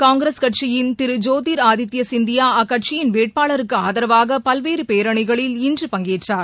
காங்கிரஸ் கட்சியின் திரு ஜோதீர் ஆதித்ய சிந்தியா அக்கட்சியின் வேட்பாளருக்கு ஆதரவாக பல்வேறு பேரணிகளில் இன்று பங்கேற்றார்